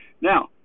Now